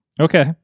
Okay